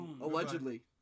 Allegedly